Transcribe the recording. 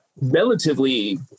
relatively